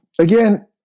Again